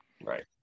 Right